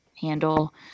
handle